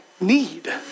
need